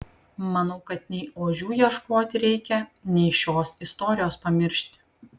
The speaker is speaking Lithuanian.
manau kad nei ožių ieškoti reikia nei šios istorijos pamiršti